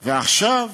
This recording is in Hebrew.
ועכשיו,